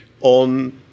on